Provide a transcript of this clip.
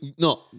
no